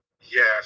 Yes